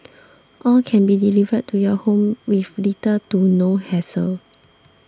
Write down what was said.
all can be delivered to your home with little to no hassle